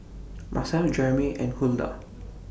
Macel Jermey and Huldah